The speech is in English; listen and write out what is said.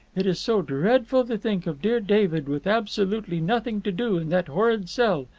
it is so dreadful to think of dear david with absolutely nothing to do in that horrid cell.